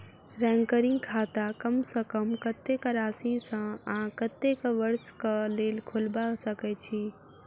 recurring खाता कम सँ कम कत्तेक राशि सऽ आ कत्तेक वर्ष कऽ लेल खोलबा सकय छी